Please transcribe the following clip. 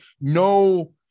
no